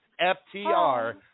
FTR